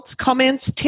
comments